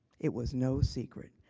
it was no secret.